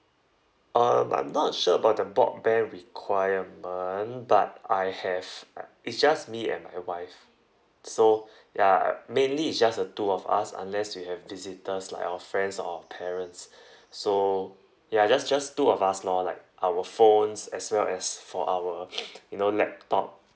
um I'm not sure about the broadband requirement but I have it's just me and my wife so ya mainly it's just the two of us unless we have visitors like our friends or parents so ya just just two of us lor like our phones as well as for our you know laptop